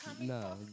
No